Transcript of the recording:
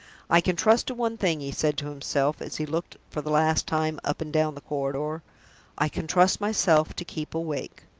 i can trust to one thing, he said to himself, as he looked for the last time up and down the corridor i can trust myself to keep awake.